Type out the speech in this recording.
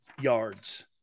yards